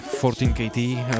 14KT